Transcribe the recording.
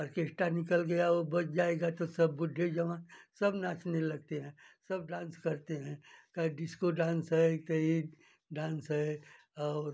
orchestra निकल गया वो बज जाएगा तो सब बुढ्ढे जवान सब नाचने लगते हैं सब डांस करते हैं का डिस्को डांस है कए ए डांस है और